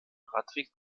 radweg